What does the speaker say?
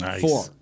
four